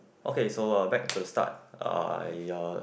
okay so uh back to the start I uh